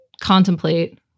contemplate